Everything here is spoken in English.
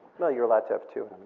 you're allowed to have two.